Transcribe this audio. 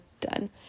done